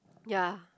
ya